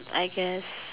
I guess